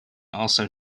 also